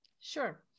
Sure